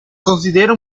considera